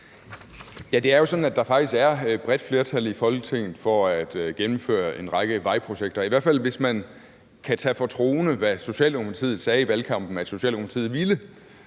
Det er jo sådan, at der faktisk er et bredt flertal i Folketinget for at gennemføre en række vejprojekter, i hvert fald hvis det, Socialdemokratiet sagde i valgkampen at Socialdemokratiet ville,